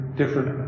different